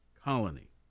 colony